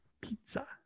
Pizza